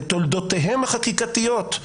בתולדותיהן החקיקתיות.